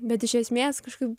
bet iš esmės kažkaip